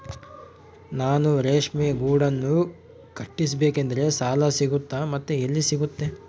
ನಾನು ರೇಷ್ಮೆ ಗೂಡನ್ನು ಕಟ್ಟಿಸ್ಬೇಕಂದ್ರೆ ಸಾಲ ಸಿಗುತ್ತಾ ಮತ್ತೆ ಎಲ್ಲಿ ಸಿಗುತ್ತೆ?